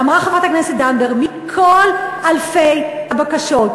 אמרה חברת הכנסת זנדברג: מכל אלפי הבקשות,